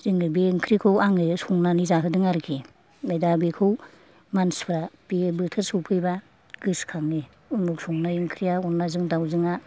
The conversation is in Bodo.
जोंनि बे ओंख्रिखौ आङो संनानै जाहोदों आरोखि आमफ्राय दा बेखौ मानसिफ्रा बे बोथोर सफैब्ला गोसो खाङो उमुग संनाय ओंख्रिया अनलाजों दावजोंआ